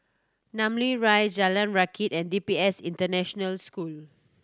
Namly Rise Jalan Rakit and D P S International School